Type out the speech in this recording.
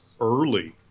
early